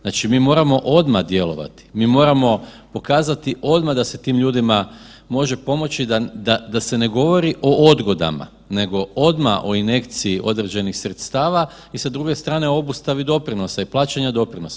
Znači mi moramo odmah djelovati, mi moramo pokazati odmah da se tim ljudima može pomoći da se ne govori o odgodama, nego odmah o injekciji određenih sredstava i sa druge strane obustavi doprinosa i plaćanja doprinosa.